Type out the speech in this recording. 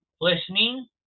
listening